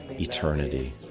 eternity